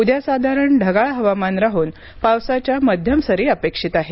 उद्या साधारण ढगाळ हवामान राहून पावसाच्या मध्यम सरी अपेक्षित आहेत